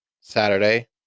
Saturday